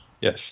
Yes